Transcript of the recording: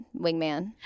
wingman